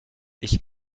ich